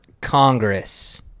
Congress